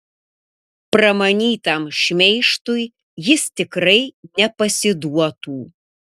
pramanytam šmeižtui jis tikrai nepasiduotų